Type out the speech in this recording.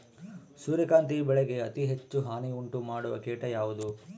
ಸೂರ್ಯಕಾಂತಿ ಬೆಳೆಗೆ ಅತೇ ಹೆಚ್ಚು ಹಾನಿ ಉಂಟು ಮಾಡುವ ಕೇಟ ಯಾವುದು?